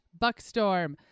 Buckstorm